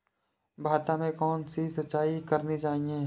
भाता में कौन सी सिंचाई करनी चाहिये?